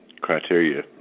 criteria